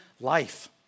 life